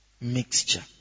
mixture